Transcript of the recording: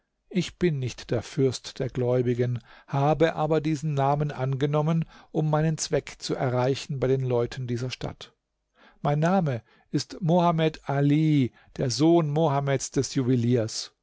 ich bin nicht der fürst der gläubigen habe aber diesen namen angenommen um meinen zweck zu erreichen bei den leuten dieser stadt mein name ist mohamed ali der sohn mohameds des juweliers